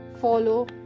follow